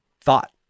thought